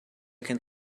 can